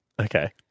Okay